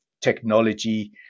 technology